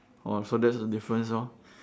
orh so that's the difference lor